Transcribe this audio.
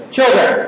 Children